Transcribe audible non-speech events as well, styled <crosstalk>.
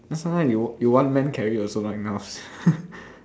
then sometimes you you one man carry also not enough <laughs>